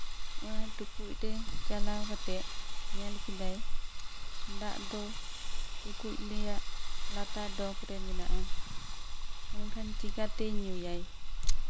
ᱚᱱᱟ ᱴᱩᱠᱩᱡ ᱨᱮ ᱪᱟᱞᱟᱣ ᱠᱟᱛᱮᱫ ᱧᱮᱞ ᱠᱮᱫᱟᱭ ᱫᱟᱜ ᱫᱚ ᱴᱩᱠᱩᱡ ᱨᱮᱭᱟᱜ ᱞᱟᱛᱟᱨ ᱰᱚᱜᱽ ᱨᱮ ᱢᱮᱱᱟᱜᱼᱟ ᱢᱮᱱᱠᱷᱟᱱ ᱪᱮᱠᱟᱛᱮᱭ ᱧᱩᱭᱟᱭ